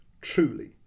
truly